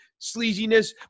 sleaziness